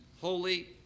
holy